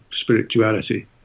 spirituality